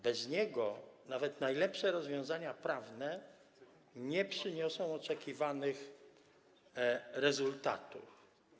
Bez niego nawet najlepsze rozwiązania prawne nie przyniosą oczekiwanych rezultatów.